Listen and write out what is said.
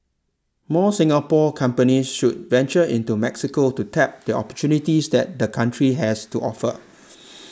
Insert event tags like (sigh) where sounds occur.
more Singapore companies should venture into Mexico to tap the opportunities that the country has to offer (noise)